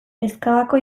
ezkabako